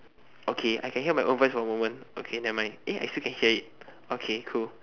okay I can hear my own voice for a moment okay nevermind eh I still can hear it okay cool